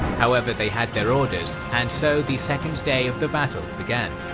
however, they had their orders and so the second day of the battle began.